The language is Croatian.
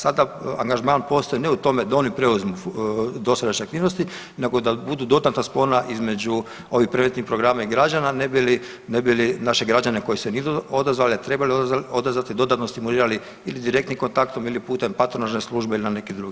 Sada angažman postoji ne u tome da oni preuzmu dosadašnje aktivnosti, nego da budu dodatna spona između ovih predmetnih programa i građana ne bi li naše građane koji se nisu odazvali, a trebali odazvati dodatno stimulirali ili direktnim kontaktom ili putem patronažne službe ili na neki drugi način.